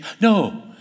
No